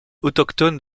autochtone